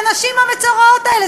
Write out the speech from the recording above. לנשים המצורעות האלה.